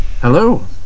Hello